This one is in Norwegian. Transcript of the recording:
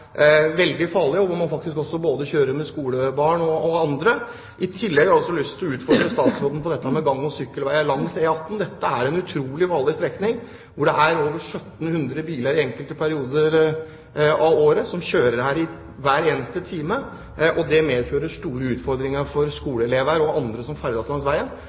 veldig farlig, og hvor man faktisk også kjører både med skolebarn og andre. I tillegg har jeg lyst til å utfordre statsråden på dette med gang- og sykkelveier langs E18. Dette er en utrolig farlig strekning, hvor det i enkelte perioder av året kjører over 1 700 biler hver eneste time. Det medfører store utfordringer for skoleelever og andre som